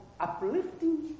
uplifting